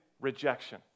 rejection